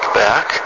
back